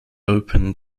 opened